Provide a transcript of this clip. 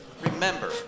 Remember